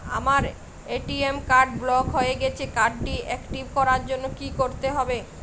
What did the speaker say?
আমার ATM card block হয়ে গেছে কার্ড টি একটিভ করার জন্যে কি করতে হবে?